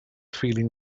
feeling